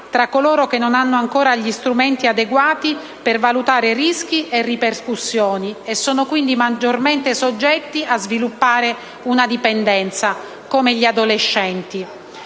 tra coloro che non hanno ancora gli strumenti adeguati per valutare rischi e ripercussioni, e sono quindi maggiormente soggetti a sviluppare una dipendenza, come gli adolescenti.